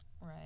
Right